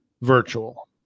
virtual